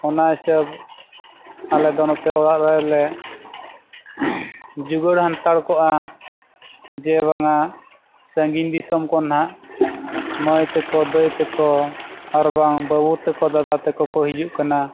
ᱚᱱᱟ ᱦᱤᱥᱟᱹᱵᱽ ᱟᱞᱮ ᱫᱚ ᱱᱚᱛᱮ ᱚᱲᱟᱜ ᱨᱮᱞᱮ ᱡᱚᱜᱟᱲ ᱦᱟᱱᱛᱟᱲ ᱠᱚᱜᱼᱟ ᱡᱮ ᱵᱟᱝᱟ ᱥᱟᱺᱜᱤᱧ ᱫᱤᱥᱚᱢ ᱠᱷᱚᱱ ᱱᱟᱜ ᱢᱟᱹᱭ ᱛᱟᱠᱚ ᱫᱟᱹᱭ ᱛᱟᱠᱚ ᱟᱨ ᱵᱟᱝ ᱵᱟᱹᱵᱩ ᱛᱟᱠᱚ ᱫᱟᱫᱟ ᱛᱟᱠᱚ ᱠᱚ ᱦᱤᱡᱩᱜ ᱠᱟᱱᱟ